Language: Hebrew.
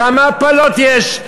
כמה הפלות יש,